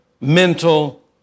mental